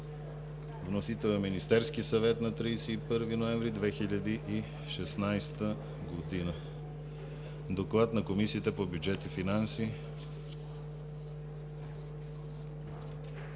Вносител е Министерският съвет на 31 ноември 2016 г. Доклад на Комисията по бюджет и финанси.